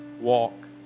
walk